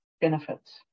benefits